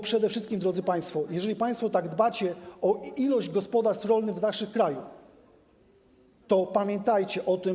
Przede wszystkim, drodzy państwo, jeżeli tak dbacie o liczbę gospodarstw rolnych w naszym kraju, to pamiętajcie o tym.